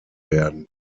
werden